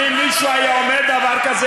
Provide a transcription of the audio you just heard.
ואם מישהו היה אומר דבר כזה,